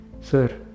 Sir